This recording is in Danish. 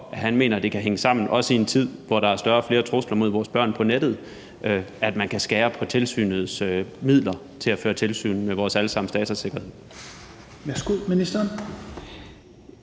han mener det kan hænge sammen – også i en tid, hvor der er større og flere trusler mod vores børn på nettet – at man kan skære i tilsynets midler til at føre tilsyn med vores alle sammens datasikkerhed.